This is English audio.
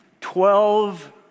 twelve